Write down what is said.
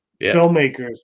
filmmakers